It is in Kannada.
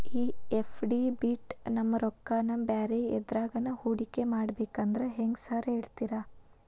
ಈ ಎಫ್.ಡಿ ಬಿಟ್ ನಮ್ ರೊಕ್ಕನಾ ಬ್ಯಾರೆ ಎದ್ರಾಗಾನ ಹೂಡಿಕೆ ಮಾಡಬೇಕಂದ್ರೆ ಹೆಂಗ್ರಿ ಸಾರ್ ಹೇಳ್ತೇರಾ?